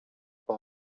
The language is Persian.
آیا